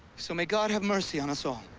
so may god have mercy on us all.